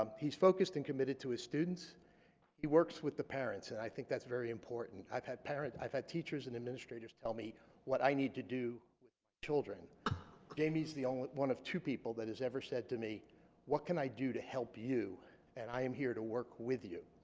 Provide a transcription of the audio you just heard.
um he's focused and committed to his students he works with the parents and i think that's very important i've had parent i've had teachers and administrators tell me what i need to do with children jamie's the only one of two people that has ever said to me what can i do to help you and i am here to work with you